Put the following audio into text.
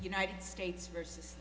united states versus